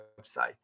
website